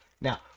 Now